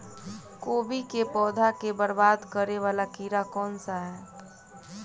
कोबी केँ पौधा केँ बरबाद करे वला कीड़ा केँ सा है?